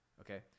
okay